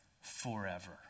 forever